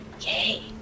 Yay